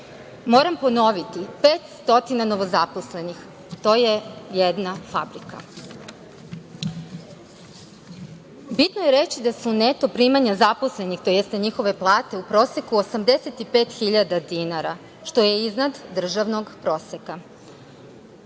Moram ponoviti, 500 novozaposlenih, to je jedna fabrika. Bitno je reći da su neto primanja zaposlenih, tj. njihove plate u proseku 85.000 dinara, što je iznad državnog proseka.